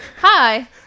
Hi